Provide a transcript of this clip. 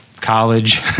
college